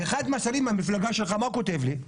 ואחד מהשרים מהמפלגה שלך, מה הוא כותב לי?